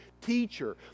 teacher